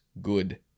good